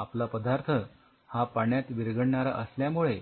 आपला पदार्थ हा पाण्यात विरघडणारा असल्यामुळे